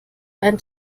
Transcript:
ein